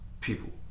people